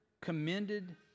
commended